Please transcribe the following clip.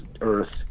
earth